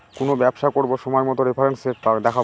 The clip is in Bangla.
কোনো ব্যবসা করবো সময় মতো রেফারেন্স রেট দেখাবো